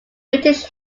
british